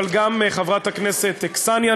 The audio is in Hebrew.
אבל גם חברת הכנסת קסניה,